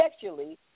sexually